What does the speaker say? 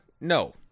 No